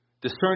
Discern